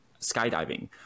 skydiving